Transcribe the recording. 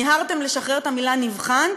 מיהרתם לשחרר את המילה "נבחן",